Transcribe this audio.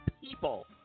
people